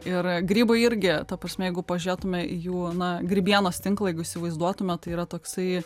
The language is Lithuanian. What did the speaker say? ir grybai irgi ta prasme jeigu pažiūrėtume į jų na grybienos tinklą jeigu įsivaizduotume tai yra toksai